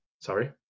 Sorry